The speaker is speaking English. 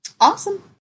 awesome